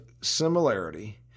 similarity